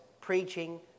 preaching